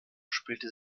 spielte